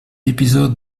épisode